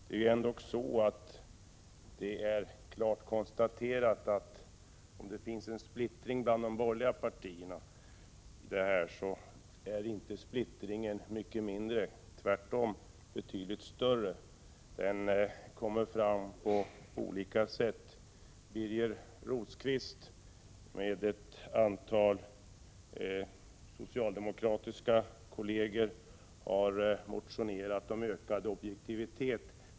Det är klart konstaterat att om det finns en splittring bland de borgerliga partierna härvidlag så är splittringen inte mycket mindre inom socialdemokratin — tvärtom, den är betydligt större. Den kommer fram på olika sätt. Birger Rosqvist har tillsammans med ett antal socialdemokratiska kolleger motionerat om ökad objektivitet i detta sammanhang.